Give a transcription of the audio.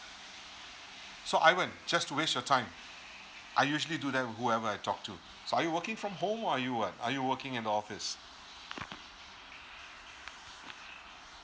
so ivan just to waste your time I usually do that to whoever I talk to are you working from home or are you what are you working in the office